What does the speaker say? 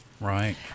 Right